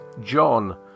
John